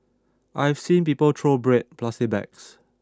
I've seen people throw bread plastic bags